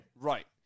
Right